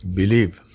believe